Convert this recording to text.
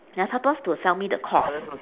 they are supposed to sell me the course